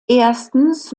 erstens